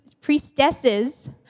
priestesses